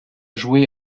jouée